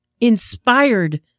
inspired